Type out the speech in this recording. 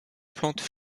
plantes